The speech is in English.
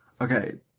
Okay